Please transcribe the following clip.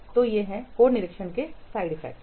तो ये कोड निरीक्षण के साइड लाभ हैं